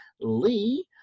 Lee